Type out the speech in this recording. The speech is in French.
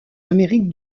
amérique